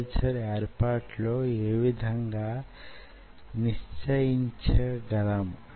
అందువలన దానికి ఆ విధమైన కదలిక మాత్రమే వుంటుంది